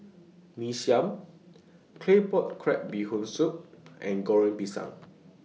Mee Siam Claypot Crab Bee Hoon Soup and Goreng Pisang